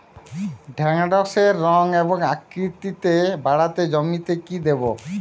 ঢেঁড়সের রং ও আকৃতিতে বাড়াতে জমিতে কি দেবো?